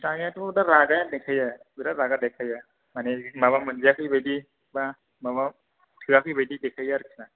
जानायाथ' दा रागायानो देखायो बिराथ रागा देखायो माने माबा मोनजायाखै बायदि बा माबा थोयाखै बायदि देखायो आरोखि ना